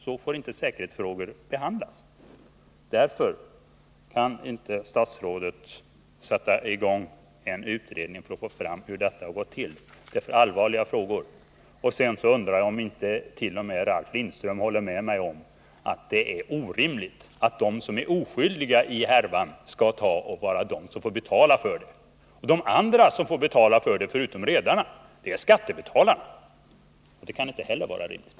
Så får inte säkerhetsfrågor behandlas, och därför får inte statsrådet underlåta att tillsätta en utredning som klargör hur det har gått till — det rör sig om alltför allvarliga frågor. Till sist undrar jag om inte t.o.m. Ralf Lindström håller med mig om att det är orimligt att de som är oskyldiga i den här härvan skall vara de som får betala för misstagen. De som tillsammans med redarna får betala är skattebetalarna, och det kan inte heller vara rimligt.